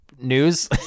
news